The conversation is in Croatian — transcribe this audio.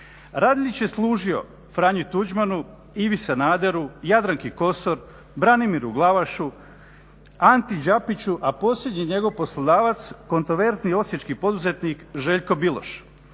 Radeljić je služio Franji Tuđmanu, Ivi Sanaderu, Jadranki Kosor, Branimiru Glavašu, Anti Đapiću, a posljednji njegov poslodavac kontraverzni osječki poduzetnik Željko Biloš,